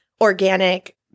organic